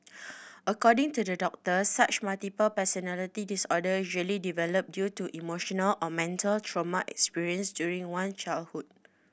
according to the doctor such multiple personality disorder usually develop due to emotional or mental trauma experienced during one childhood